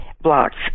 blocks